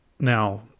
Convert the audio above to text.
Now